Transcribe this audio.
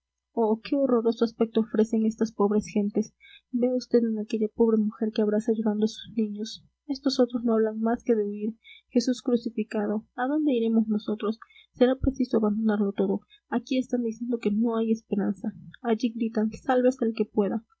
oh qué horroroso aspecto ofrecen estas pobres gentes vea vd en aquella pobre mujer que abraza llorando a sus niños estos otros no hablan más que de huir jesús crucificado a dónde iremos nosotros será preciso abandonarlo todo aquí están diciendo que no hay esperanza allí gritan sálvese el que pueda